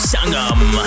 Sangam